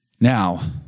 Now